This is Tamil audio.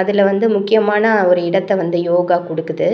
அதில் வந்து முக்கியமான ஒரு இடத்தை வந்து யோகா கொடுக்குது